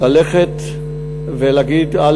ללכת א.